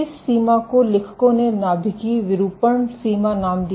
इस सीमा को लेखकों ने नाभिकीय विरूपण सीमा नाम दिया